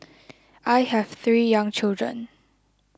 I have three young children